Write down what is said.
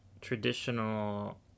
traditional